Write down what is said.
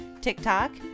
TikTok